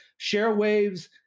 ShareWaves